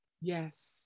Yes